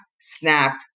snap